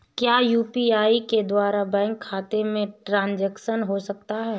क्या यू.पी.आई के द्वारा बैंक खाते में ट्रैन्ज़ैक्शन हो सकता है?